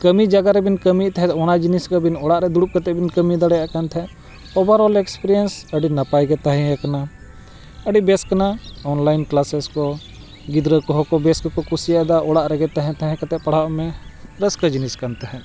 ᱠᱟᱹᱢᱤ ᱡᱟᱭᱜᱟ ᱨᱤᱵᱤᱱ ᱠᱟᱹᱢᱤᱭᱮᱫ ᱛᱟᱦᱮᱸᱫ ᱚᱱᱟ ᱡᱤᱱᱤᱥ ᱜᱮ ᱟᱹᱵᱤᱱ ᱚᱲᱟᱜ ᱨᱮ ᱫᱩᱲᱩᱵ ᱠᱟᱛᱮᱫ ᱵᱤᱱ ᱠᱟᱹᱢᱤ ᱫᱟᱲᱮᱭᱟᱜ ᱠᱟᱱ ᱛᱟᱦᱮᱸᱫ ᱚᱵᱷᱟᱨ ᱚᱞ ᱮᱠᱥᱯᱨᱤᱭᱮᱱᱥ ᱟᱹᱰᱤ ᱱᱟᱯᱟᱭ ᱜᱮ ᱛᱟᱦᱮᱸ ᱭᱟᱠᱟᱱᱟ ᱟᱹᱰᱤ ᱵᱮᱥ ᱠᱟᱱᱟ ᱚᱱᱞᱟᱭᱤᱱ ᱠᱞᱟᱥᱮᱥ ᱠᱚ ᱜᱤᱫᱽᱨᱟᱹ ᱠᱚᱦᱚᱸ ᱠᱚ ᱵᱮᱥ ᱜᱮᱠᱚ ᱠᱩᱥᱤᱭᱟᱫᱟ ᱚᱲᱟᱜ ᱨᱮᱜᱮ ᱛᱟᱦᱮᱸ ᱛᱟᱦᱮᱸ ᱠᱟᱛᱮᱫ ᱯᱟᱲᱦᱟᱜ ᱢᱮ ᱨᱟᱹᱥᱠᱟᱹ ᱡᱤᱱᱤᱥ ᱠᱟᱱ ᱛᱟᱦᱮᱸᱫ